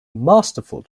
masterful